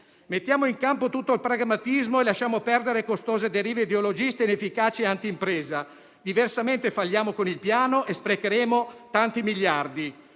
Mettiamo in campo tutto il pragmatismo e lasciamo perdere costose derive ideologiste, inefficaci e anti-impresa; diversamente falliremmo con il Piano e sprecheremmo tanti miliardi.